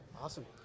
Awesome